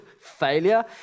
failure